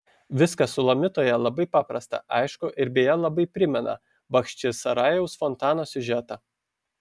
viskas sulamitoje labai paprasta aišku ir beje labai primena bachčisarajaus fontano siužetą